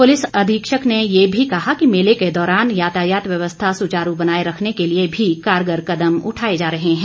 police अधीक्षक ने ये भी कहा कि मेले के दौरान यातायात व्यवस्था सुचारू बनाए रखने के लिए भी कारगर कदम उठाए जा रहे हैं